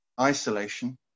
isolation